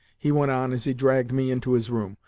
he went on as he dragged me into his room.